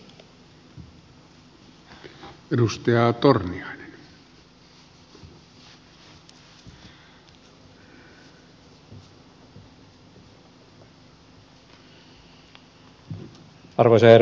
arvoisa herra puhemies